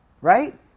right